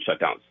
shutdowns